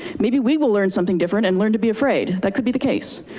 maybe we will learn something different and learn to be afraid. that could be the case,